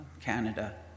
Canada